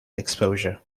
exposure